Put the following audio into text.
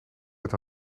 werd